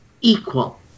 equal